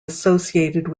associated